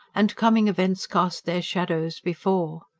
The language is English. and coming events cast their shadows before,